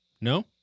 No